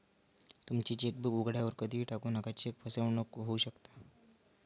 तुमची चेकबुक उघड्यावर कधीही टाकू नका, चेक फसवणूक होऊ शकता